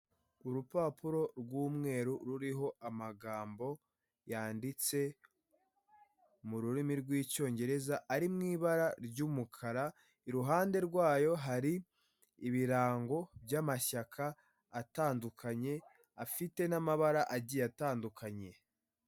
Urupapuro rw'umweru ruriho amagambo yanditse mu rurimi rw'icyongereza, ari mu ibara ry'umukara iruhande rwayo hari ibirango by'amashyaka atandukanye afite n'amabara agiye atandukanye.